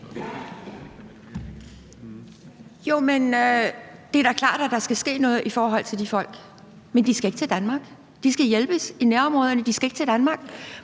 Jo, men det er da klart, at der skal ske noget i forhold til de folk – men de skal ikke til Danmark. De skal hjælpes i nærområderne; de skal ikke til Danmark.